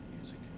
music